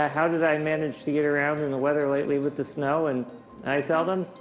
ah how did i manage to get around in the weather with the snow? and i tell them,